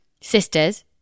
sisters